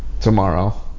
tomorrow